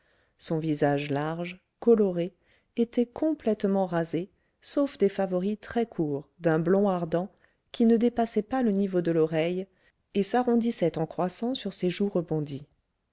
son visage large coloré était complètement rasé sauf des favoris très courts d'un blond ardent qui ne dépassaient pas le niveau de l'oreille et s'arrondissaient en croissant sur ses joues rebondies